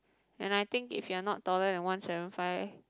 and I think if you're not taller than one seven five